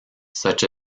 such